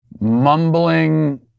Mumbling